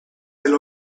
del